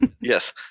Yes